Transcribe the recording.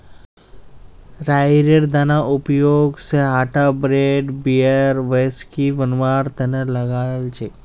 राईयेर दानार उपयोग स आटा ब्रेड बियर व्हिस्की बनवार तना लगा छेक